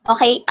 Okay